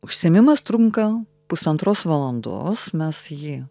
užsiėmimas trunka pusantros valandos mes jį